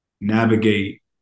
navigate